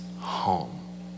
home